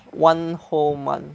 one whole month